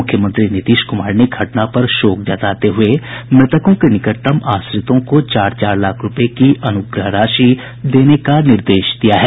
मुख्यमंत्री नीतीश कुमार ने घटना पर शोक जताते हुये मृतकों के निकटतम आश्रितों को चार चार लाख रूपये की अनुग्रह राशि देने के निर्देश दिये हैं